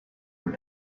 and